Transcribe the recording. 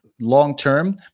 long-term